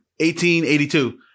1882